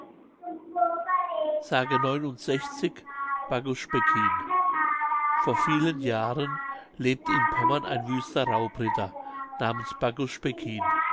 vor vielen jahren lebte in pommern ein wüster raubritter namens